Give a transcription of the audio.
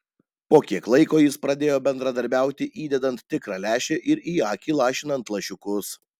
po kiek laiko jis pradėjo bendradarbiauti įdedant tikrą lęšį ir į akį lašinant lašiukus